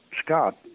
Scott